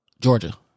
Georgia